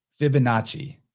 Fibonacci